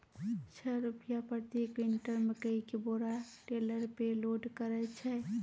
छह रु प्रति क्विंटल मकई के बोरा टेलर पे लोड करे छैय?